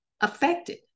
affected